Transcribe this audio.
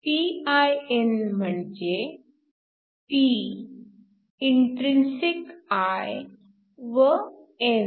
pin म्हणजे p intrinsic i व n